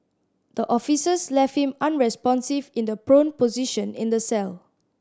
the officers left him unresponsive in the prone position in the cell